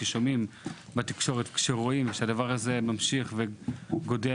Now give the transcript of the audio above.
כששומעים בתקשורת שהדבר הזה ממשיך וגדל,